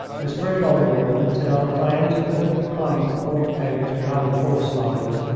i strode onward until, as i entered the little clump of cork oaks behind the horse lines,